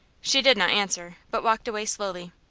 she did not answer, but walked away slowly.